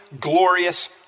glorious